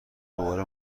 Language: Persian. دوباره